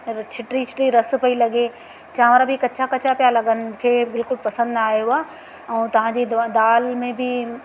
छिटी छिटी रस पई लॻे चांवर बि कचा कचा पिया लॻनि मूंखे बिल्कुलु पसंदि ना आयो आहे ऐं तव्हां जी ऐं तव्हां जी दाल में बि